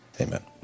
Amen